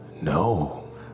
No